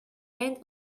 end